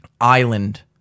island